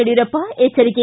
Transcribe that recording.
ಯಡಿಯೂರಪ್ಪ ಎಚ್ಚರಿಕೆ